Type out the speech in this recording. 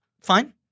fine